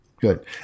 good